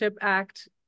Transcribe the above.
act